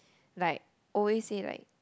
like always say like